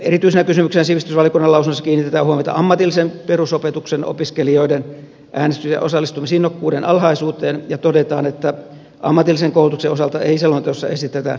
erityisenä kysymyksenä sivistysvaliokunnan lausunnossa kiinnitetään huomiota ammatillisen perusopetuksen opiskelijoiden äänestys ja osallistumisinnokkuuden alhaisuuteen ja todetaan että ammatillisen koulutuksen osalta ei selonteossa esitetä erityistoimenpiteitä